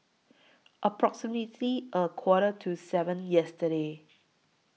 approximately A Quarter to seven yesterday